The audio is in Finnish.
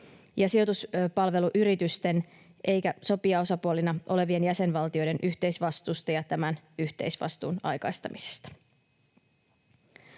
ja sijoituspalveluyritysten eikä sopijaosapuolina olevien jäsenvaltioiden yhteisvastuusta ja tämän yhteisvastuun aikaistamisesta.